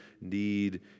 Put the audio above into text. need